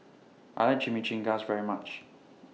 I like Chimichangas very much